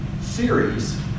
series